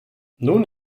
nun